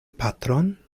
patron